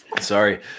Sorry